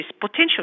potential